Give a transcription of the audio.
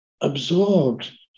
absorbed